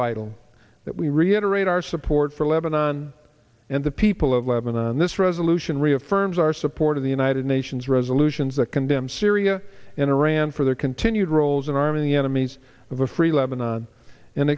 vital that we reiterate our support for lebanon and the people of lebanon this resolution reaffirms our support of the united nations resolutions that condemn syria and iran for their continued roles in arming the enemies of a free lebanon and